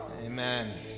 Amen